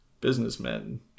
businessmen